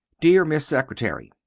deer miss secretary,